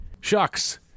Shucks